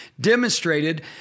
demonstrated